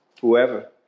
whoever